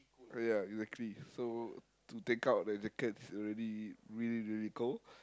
ya exactly so to take out the jacket is already really really cold